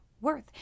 Worth